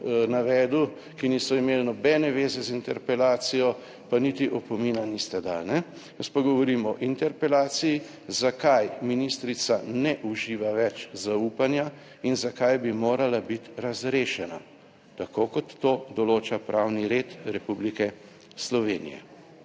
navedel, ki niso imeli nobene veze z interpelacijo, pa niti opomina niste dali ne. Jaz pa govorim o interpelaciji, zakaj ministrica ne uživa več zaupanja in zakaj bi morala biti razrešena tako kot to določa pravni red Republike Slovenije.